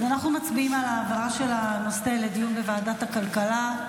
אנחנו מצביעים על העברה של הנושא לדיון בוועדת הכלכלה.